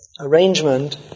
arrangement